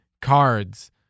cards